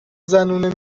زنونه